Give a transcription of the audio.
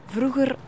Vroeger